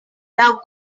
now